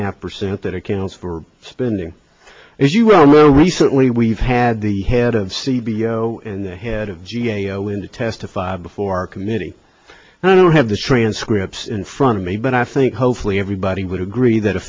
half percent that accounts for spending as you well know recently we've had the head of c b s and the head of g a o in to testify before a committee and i don't have the transcripts in front of me but i think hopefully everybody would agree that a